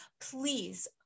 please